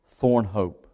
Thornhope